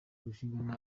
kurushingana